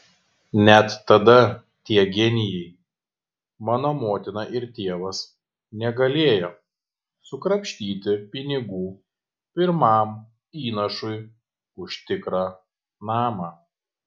net tada tie genijai mano motina ir tėvas negalėjo sukrapštyti pinigų pirmam įnašui už tikrą namą